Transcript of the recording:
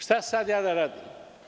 Šta sad ja da radim?